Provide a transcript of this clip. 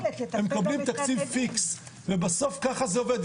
הם מקבלים תקציב פיקס ובסוף ככה זה עובד,